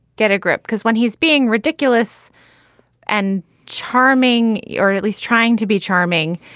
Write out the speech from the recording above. get a grip. because when he's being ridiculous and charming yeah or at least trying to be charming,